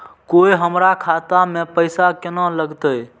कोय हमरा खाता में पैसा केना लगते?